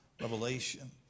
Revelation